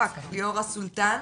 ליאורה סולטן,